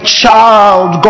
child